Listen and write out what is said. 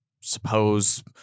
suppose